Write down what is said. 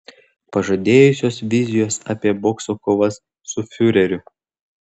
padažnėjusios vizijos apie bokso kovas su fiureriu